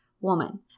woman